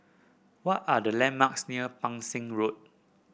what are the landmarks near Pang Seng Road